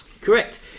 Correct